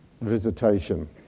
visitation